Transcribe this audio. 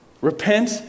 Repent